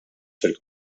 fil